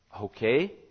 Okay